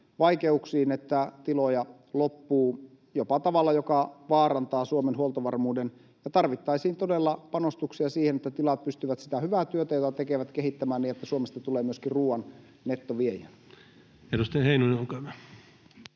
vaikeuksiin, että tiloja loppuu jopa tavalla, joka vaarantaa Suomen huoltovarmuuden. Tarvittaisiin todella panostuksia siihen, että tilat pystyvät sitä hyvää työtä, jota tekevät, kehittämään niin, että Suomesta tulee myöskin ruoan nettoviejä. [Speech 119]